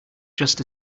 just